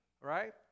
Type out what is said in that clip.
right